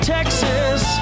Texas